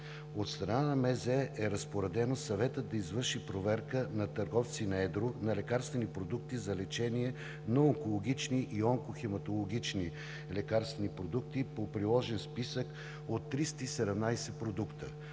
здравеопазването е разпоредено Съветът да извърши проверка на търговци на едро на лекарствени продукти за лечение на онкологични и онкохематологични лекарствени продукти по приложен списък от 317 продукта